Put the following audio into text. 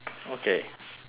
then you start